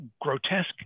grotesque